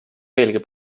veelgi